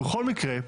בכל מקרה,